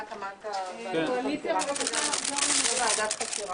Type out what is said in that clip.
הישיבה ננעלה בשעה 14:43.